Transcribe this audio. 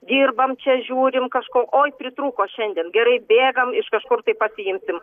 dirbam čia žiūrim kažko oi pritrūko šiandien gerai bėgam iš kažkur tai pasiimsim